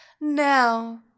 Now